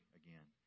again